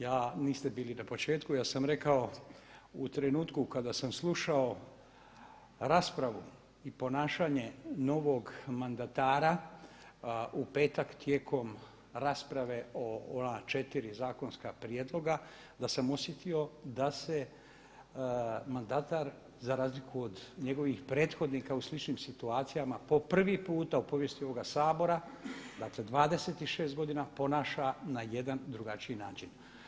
Ja, niste bili na početku, ja sam rekao u trenutku kada sam slušao raspravu i ponašanje novog mandatara u petak tijekom rasprave o ona četiri zakonska prijedloga da sam osjetio da se mandatar za razliku od njegovih prethodnika u sličnim situacijama po prvi puta u povijesti ovoga Sabora, dakle 26 godina ponaša na jedan drugačiji način.